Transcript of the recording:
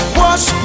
wash